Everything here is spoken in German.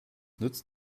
nützt